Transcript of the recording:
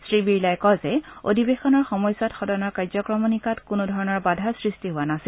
শ্ৰী বিৰলাই কয় যে অধিৱেশনৰ সময়ছোৱাত সদনৰ কাৰ্যক্ৰমণিকাত কোনোধৰণৰ বাধাৰ সৃষ্টি হোৱা নাছিল